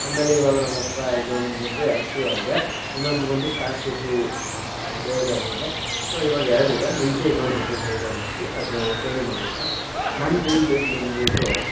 ಆಮೇಲೆ ಇವಾಗ ನನ್ನ ಹತ್ರ ಇನ್ನೊಂದು ಬಂದು ಆ್ಯಕ್ಟಿವ ಇದೆ ಇನ್ನೊಂದು ಬಂದು ಸ್ಟಾರ್ ಸಿಟಿ ಗೇರ್ ಗಾಡಿ ಇದೆ ಸೊ ಇವಾಗ ಎರಡಿದೆ ಮುಂಚೆ ಇನ್ನೊಂದಿತ್ತು K T M R C ಅದು ಸೇಲ್ ಮಾಡಿಬಿಟ್ಟೆ ನನ್ನ ಡ್ರೀಮ್ ಬೈಕ್ ಬಂದ್ಬಿಟ್ಟು